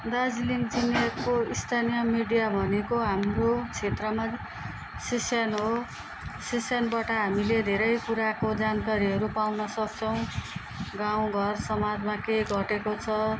दार्जिलिङ जिल्लका स्थानीय मिडिया भनेको हाम्रो क्षेत्रमा सिसिएन हो सिसिनबाट हामीले धेरै कुराको जानकारीहरू पाउन सक्छौँ गाउँघर समाजमा के घटेको छ